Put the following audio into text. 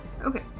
Okay